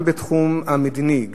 גם בתחום המדיני,